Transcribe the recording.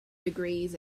degrees